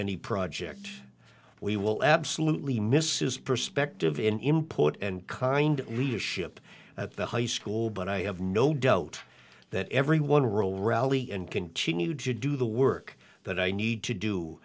any project we will absolutely mrs perspective in import and kind of leadership at the high school but i have no doubt that everyone real rally and continue to do the work that i need to do